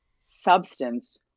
substance